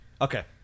okay